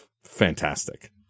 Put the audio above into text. fantastic